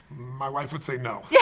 my wife would say no. yeah